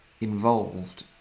involved